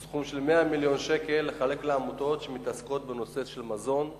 לחלק סכום של 100 מיליון שקל לעמותות שמתעסקות בנושא של מזון,